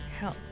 Help